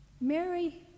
Mary